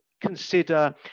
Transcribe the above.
consider